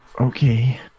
Okay